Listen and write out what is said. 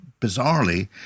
bizarrely